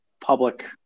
public